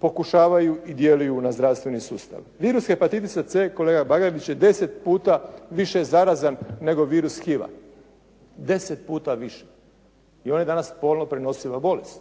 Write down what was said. pokušavaju i djeluju na zdravstveni sustav. Virus hepatitisa C kolega Bagarić je 10 puta više zarazan nego virus HIV-a, deset puta više i on je danas spolno prenosiva bolest.